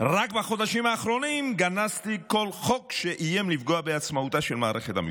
רק בחודשים האחרונים גנזתי כל חוק שאיים לפגוע בעצמאות המערכת: